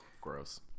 gross